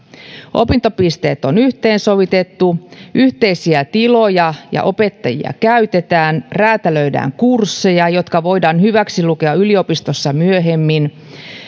opintopisteet on yhteensovitettu yhteisiä tiloja ja opettajia käytetään räätälöidään kursseja jotka voidaan hyväksilukea yliopistossa myöhemmin